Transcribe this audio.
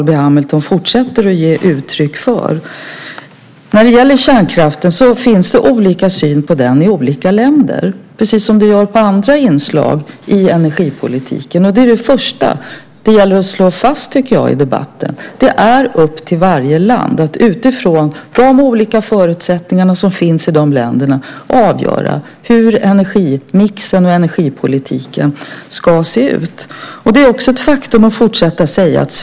Det finns olika syn på kärnkraften i olika länder precis som det gör på andra inslag i energipolitiken. Och det första som jag tycker att man ska slå fast i debatten är att det är upp till varje land att utifrån de olika förutsättningar som finns i varje land avgöra hur energimixen och energipolitiken ska se ut. Det är också ett faktum att Sverige har kärnkraft.